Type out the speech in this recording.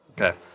Okay